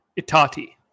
Itati